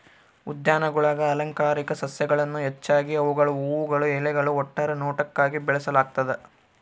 ಉದ್ಯಾನಗುಳಾಗ ಅಲಂಕಾರಿಕ ಸಸ್ಯಗಳನ್ನು ಹೆಚ್ಚಾಗಿ ಅವುಗಳ ಹೂವುಗಳು ಎಲೆಗಳು ಒಟ್ಟಾರೆ ನೋಟಕ್ಕಾಗಿ ಬೆಳೆಸಲಾಗ್ತದ